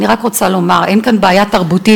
אני רק רוצה לומר: אין כאן בעיה תרבותית,